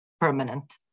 permanent